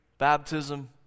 baptism